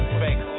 fake